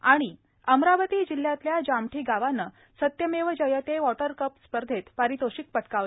त अमरावती जिल्ह्यातल्या जामठी गावानं सत्यमेव जयते वाटर कप स्पर्धेत पारितोषिक पटकावलं